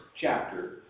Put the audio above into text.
chapter